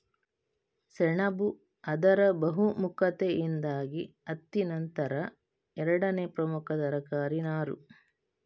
ಸೆಣಬು ಅದರ ಬಹುಮುಖತೆಯಿಂದಾಗಿ ಹತ್ತಿ ನಂತರ ಎರಡನೇ ಪ್ರಮುಖ ತರಕಾರಿ ನಾರು